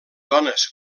dones